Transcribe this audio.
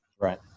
Right